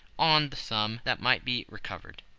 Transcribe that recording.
on the sum that might be recovered.